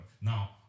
Now